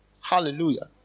Hallelujah